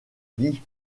dit